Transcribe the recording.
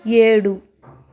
ఏడు